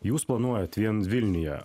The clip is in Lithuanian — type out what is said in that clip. jūs planuojat vien vilniuje